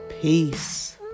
peace